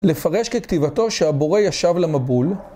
לפרש ככתיבתו, שהבורא ישב למבול